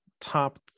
top